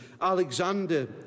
Alexander